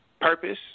purpose